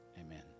Amen